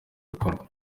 bikorwa